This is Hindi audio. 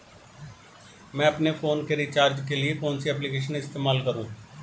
मैं अपने फोन के रिचार्ज के लिए कौन सी एप्लिकेशन इस्तेमाल करूँ?